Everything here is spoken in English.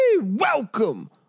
Welcome